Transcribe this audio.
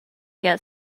get